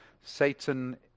Satan